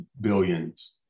billions